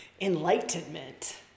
enlightenment